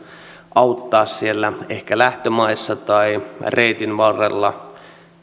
auttaa ehkä siellä lähtömaissa tai reitin varrella